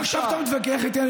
אז עכשיו אתה מתווכח איתי,